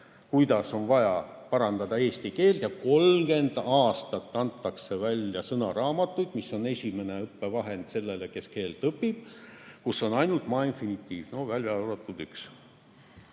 kuidas on vaja parandada eesti keelt, ja 30 aastat antakse välja sõnaraamatuid, mis on esimene õppevahend sellele, kes keelt õpib, kus on ainultma-infinitiiv, välja arvatud